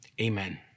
amen